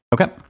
okay